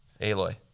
aloy